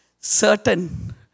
certain